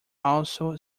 also